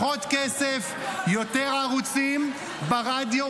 הכול אתם עושים עקום.